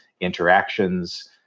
interactions